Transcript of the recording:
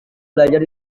belajar